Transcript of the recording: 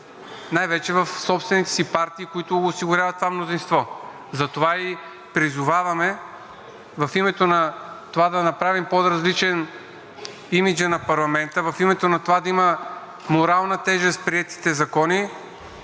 най-вече в собствените си партии, които осигуряват това мнозинство. Затова и призоваваме в името на това да направим по-различен имиджа на парламента, в името на това да имат морална тежест приетите закони,